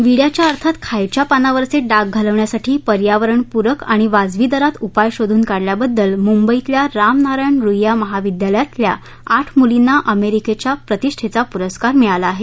विड्याच्या अर्थात खायच्या पानावरचे डाग घालवण्यासाठी पर्यावरणप्रक आणि वाजवी दरात उपाय शोध्न काढल्याबद्दल मुंबईतल्या रामनारायण रुईय्या महाविद्यालयातल्या आठ मुलींना अमेरिकेच्या प्रतिष्ठेचा पुरस्कार मिळाला आहे